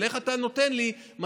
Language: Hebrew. איך אתה נותן לי 250,